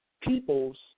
people's